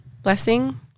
blessing